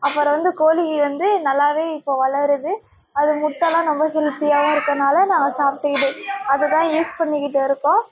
அப்புறம் வந்து கோழி வந்து நல்லா இப்போ வளருது அது முட்டைல்லாம் ரொம்ப ஹெல்த்தியாக தான் இருக்கனால நான் சாப்பிட்டு அதுதான் யூஸ் பண்ணிக்கிட்டு இருக்கோம்